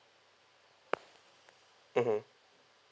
mmhmm